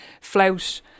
flout